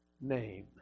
name